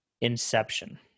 Inception